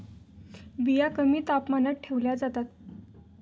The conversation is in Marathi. बिया कमी तापमानात ठेवल्या जातात